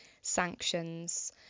sanctions